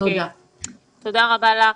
תודה רבה לך,